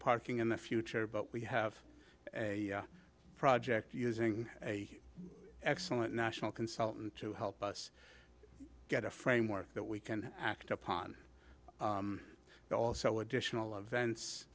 parking in the future but we have a project using a excellent national consultant to help us get a framework that we can act upon but also additional